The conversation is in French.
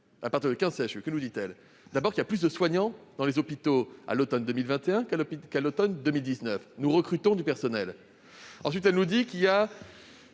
universitaires). Que nous dit-elle ? D'abord, qu'il y a plus de soignants dans les hôpitaux à l'automne 2021 qu'à l'automne 2019. Nous recrutons du personnel. Ensuite, elle nous dit que, sur